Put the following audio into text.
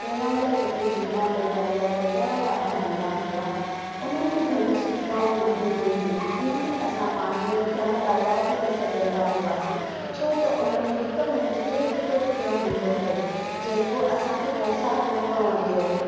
पहिरां जा जेके झूना मोबाइल बटण वारा हूंदा हुआ उननि में घणियूं सुविधाऊं न हूंदियूं हुयूं उनमें असां पाण में घणो ॻाल्हाए बि न सघंदा हुआसीं छो त उनमें हिक मिंट जो हिकु रुपियो हूंदो हुओ जेको असांखे पौसाह न पवंदो हुओ